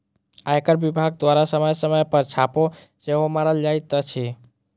आयकर विभाग द्वारा समय समय पर छापा सेहो मारल जाइत अछि